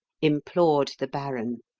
implored the baron.